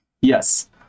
yes